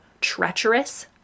treacherous